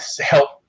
help